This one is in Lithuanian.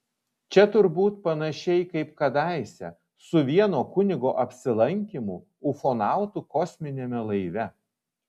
čia turbūt panašiai kaip kadaise su vieno kunigo apsilankymu ufonautų kosminiame laive